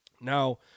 Now